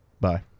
Bye